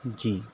جی